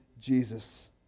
Jesus